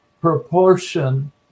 proportion